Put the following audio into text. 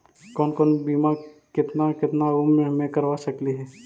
कौन कौन बिमा केतना केतना उम्र मे करबा सकली हे?